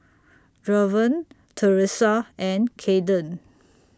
Draven Teressa and Kaeden